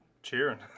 cheering